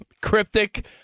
Cryptic